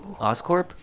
Oscorp